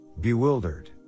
bewildered